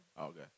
okay